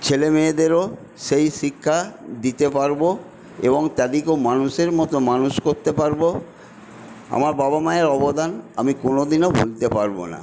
ছেলেমেয়েদেরও সেই শিক্ষা দিতে পারব এবং তাদেরকেও মানুষের মতো মানুষ করতে পারব আমার বাবা মায়ের অবদান আমি কোনোদিনও ভুলতে পারব না